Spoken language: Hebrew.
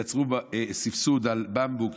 יצרו סבסוד של במבוק,